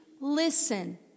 listen